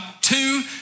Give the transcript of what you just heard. two